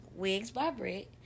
wigsbybrick